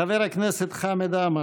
חבר הכנסת חמד עמאר,